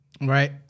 Right